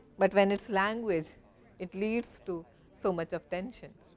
but, when its language it leads to so much of tension.